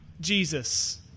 Jesus